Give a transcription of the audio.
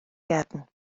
gefn